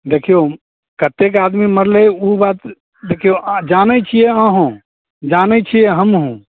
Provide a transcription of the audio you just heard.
देखिऔ कत्तेक आदमी मरलै ओ बात देखिऔ जानैत छियै अहूँ जानैत छियै हमहूँ